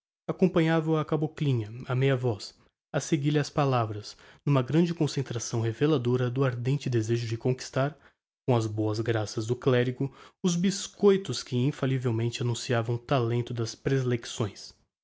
acompanhava-o a caboclinha a meia voz a seguir lhe as palavras n'uma grande concentração reveladora do ardente desejo de conquistar com as boas graças do clerigo os biscoitos que infallivelmente annunciavam o termo das prelecções